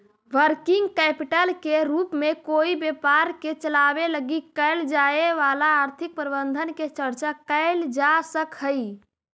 working capital के रूप में कोई व्यापार के चलावे लगी कैल जाए वाला आर्थिक प्रबंधन के चर्चा कैल जा सकऽ हई